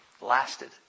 lasted